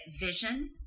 vision